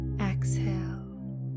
Exhale